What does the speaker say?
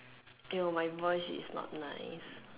you know my voice is not nice